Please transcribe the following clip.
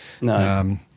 No